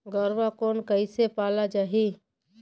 गरवा कोन कइसे पाला जाही?